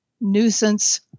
nuisance